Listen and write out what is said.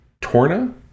Torna